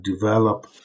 develop